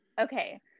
okay